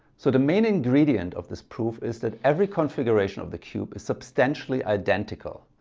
so the main ingredient of this proof is that every configuration of the cube is substantially identical.